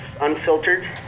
unfiltered